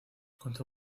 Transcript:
contó